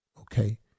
okay